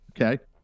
Okay